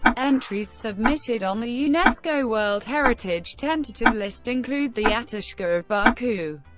entries submitted on the unesco world heritage tentative list include the ateshgah of baku,